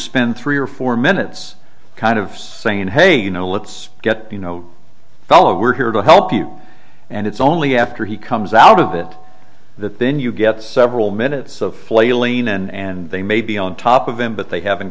spend three or four minutes kind of saying hey you know let's get you know fellow we're here to help you and it's only after he comes out of it that then you get several minutes of flailing and they may be on top of him but they haven't